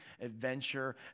adventure